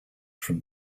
from